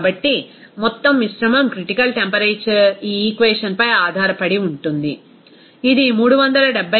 కాబట్టి మొత్తం మిశ్రమం క్రిటికల్ టెంపరేచర్ ఈ ఈక్వేషన్ పై ఆధారపడి ఉంటుంది ఇది 374